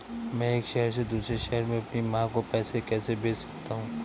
मैं एक शहर से दूसरे शहर में अपनी माँ को पैसे कैसे भेज सकता हूँ?